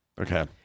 Okay